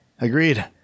Agreed